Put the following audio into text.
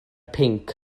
pinc